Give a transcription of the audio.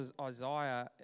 Isaiah